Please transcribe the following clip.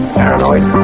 paranoid